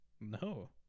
No